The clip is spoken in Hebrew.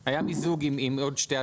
היה מיזוג עם עוד שתי הצעות,